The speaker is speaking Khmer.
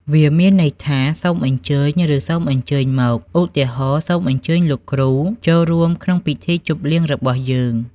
វាមានន័យថា សូមអញ្ជើញ ឬ សូមអញ្ជើញមក ឧទាហរណ៍សូមអញ្ជើញលោកគ្រូចូលរួមក្នុងពិធីជប់លៀងរបស់យើង។